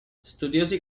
studiosi